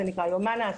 יומן העסקה,